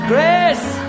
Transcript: Grace